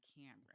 camera